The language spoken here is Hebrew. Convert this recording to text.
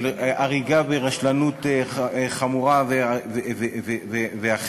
של הריגה ברשלנות חמורה ואחרת,